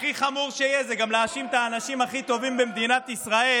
והכי חמור שיש זה גם להאשים את האנשים הכי טובים במדינת ישראל,